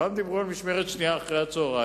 פעם דיברו על משמרת שנייה אחרי-הצהריים,